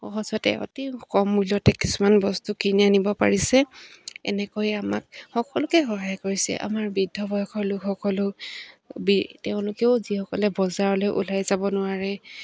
সহজতে অতি কম মূল্যতে কিছুমান বস্তু কিনি আনিব পাৰিছে এনেকৈয়ে আমাক সকলোকে সহায় কৰিছে আমাৰ বৃদ্ধ বয়সৰ লোকসকলো তেওঁলোকেও যিসকলে বজাৰলে ওলাই যাব নোৱাৰে